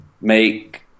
make